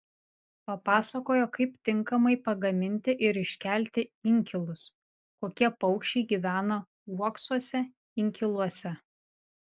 papasakojo kaip tinkamai pagaminti ir iškelti inkilus kokie paukščiai gyvena uoksuose inkiluose